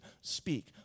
speak